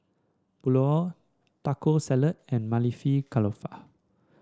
Pulao Taco Salad and Maili Kofta